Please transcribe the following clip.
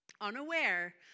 unaware